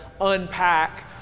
unpack